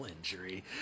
injury